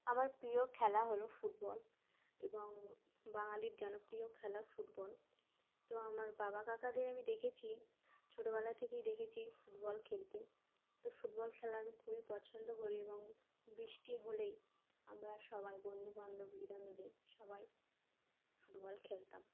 আমার প্রিয় খেলা হলো ফুটবল এবং বাঙালির জনপ্রিয় খেলা ফুটবল তো আমার বাবা কাকাদের আমি দেখেছি ছোটোবেলা থেকেই দেখেছি ফুটবল খেলতে তো ফুটবল খেলা আমি খুবই পছন্দ করি এবং বৃষ্টি হলেই আমরা সবাই বন্ধুবান্ধবীরা মিলে সবাই ফুটবল খেলতাম